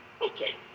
Okay